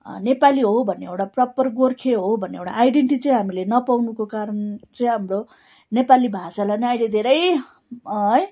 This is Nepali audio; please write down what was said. नेपाली हो भन्ने एउटा प्रपर गोर्खे हो भन्ने एउटा आइडिन्टी चाहिँ हामीले नपाउनुको कारण चाहिँ हाम्रो नेपाली भाषालाई नै अहिले धेरै है